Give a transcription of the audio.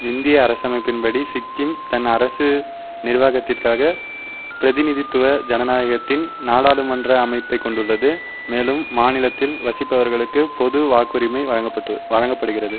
இந்திய அரசமைப்பின் படி சிக்கிம் தன் அரசு நிர்வாகத்திற்காக பிரதிநிதித்துவ ஜனநாயகத்தின் நாடாளுமன்ற அமைப்பைக் கொண்டுள்ளது மேலும் மாநிலத்தில் வசிப்பவர்களுக்கு பொது வாக்குரிமை வழங்கப்பட்டு வழங்கப்படுகிறது